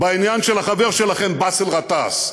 בעניין של החבר שלכם באסל גטאס,